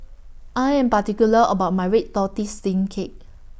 I Am particular about My Red Tortoise Steamed Cake